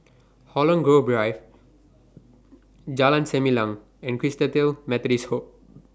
Holland Grove Drive Jalan Selimang and Christalite Methodist Home